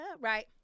right